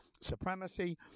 supremacy